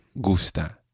gusta